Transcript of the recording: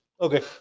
okay